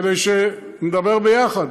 כדי שנדבר ביחד,